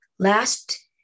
Last